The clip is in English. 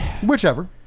Whichever